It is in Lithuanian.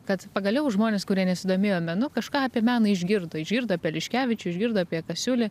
kad pagaliau žmonės kurie nesidomėjo menu kažką apie meną išgirdo išgirdo apie liškevičių išgirdo apie kasiulį